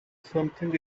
something